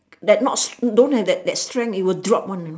that not don't have that that strength it will drop one you know